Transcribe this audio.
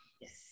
yes